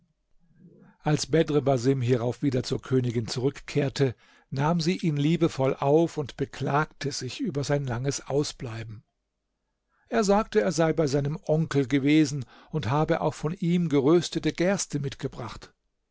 als bedr basim hierauf wieder zur königin zurückkehrte nahm sie ihn liebevoll auf und beklagte sich über sein langes ausbleiben er sagte er sei bei seinem onkel gewesen und habe auch von ihm geröstete gerste mitgebracht